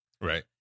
Right